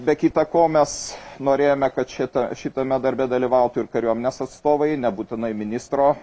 be kita ko mes norėjome kad šita šitame darbe dalyvautų ir kariuomenės atstovai nebūtinai ministro